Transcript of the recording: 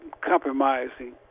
compromising